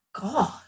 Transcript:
God